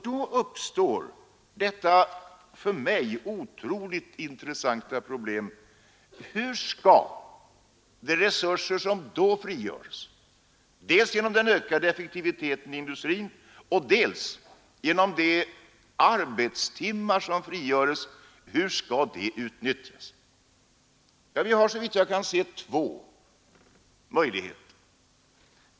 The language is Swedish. Då uppstår detta för mig otroligt intressanta problem: Hur skall de resurser som då frigörs — dels genom den ökade effektiviteten i industrin, dels genom de arbetstimmar som Såvitt jag kan se har vi två möjligheter.